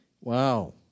Wow